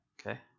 Okay